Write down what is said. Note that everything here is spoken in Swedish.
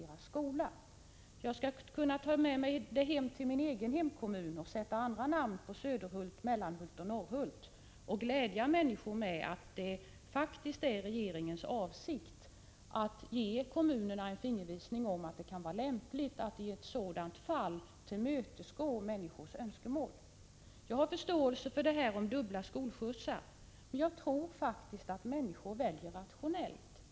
Jag skall ta med mig statsrådets svar hem till min egen hemkommun, sätta andra namn på Söderhult, Mellanhult och Norrhult och glädja människor med att det faktiskt är regeringens avsikt att ge kommunerna en fingervisning om att det kan vara lämpligt att i ett sådant fall som jag har redovisat tillmötesgå människors önskemål. Jag har förståelse för problemet med dubbla skolskjutsar. Men jag tror att människor väljer rationellt.